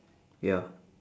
ya